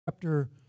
chapter